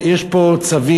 יש פה צווים,